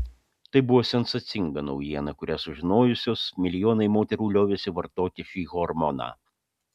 tai buvo sensacinga naujiena kurią sužinojusios milijonai moterų liovėsi vartoti šį hormoną